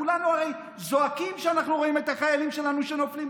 כולנו הרי זועקים כשאנחנו רואים את החיילים שלנו שנופלים,